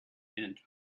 and